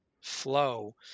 flow